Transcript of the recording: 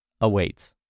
awaits